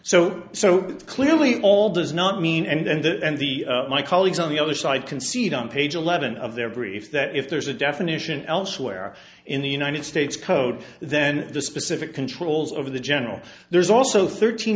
u so so clearly all does not mean and that and the my colleagues on the other side concede on page eleven of their brief that if there's a definition elsewhere in the united states code then the specific controls over the general there's also thirteen